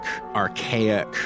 archaic